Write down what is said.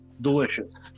delicious